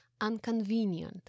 unconvenient